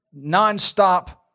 nonstop